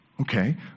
Okay